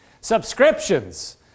Subscriptions